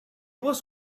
was